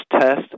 test